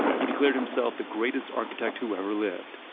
he declared himself the greatest architect who ever lived.